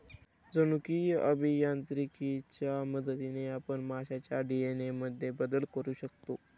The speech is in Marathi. जनुकीय अभियांत्रिकीच्या मदतीने आपण माशांच्या डी.एन.ए मध्येही बदल करू शकतो